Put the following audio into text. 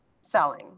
selling